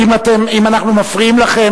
אם אנחנו מפריעים לכם,